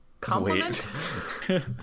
compliment